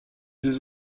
deux